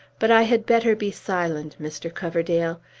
but i had better be silent, mr. coverdale.